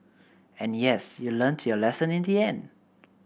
and yes you learnt your lesson in the end